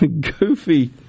goofy